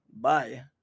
Bye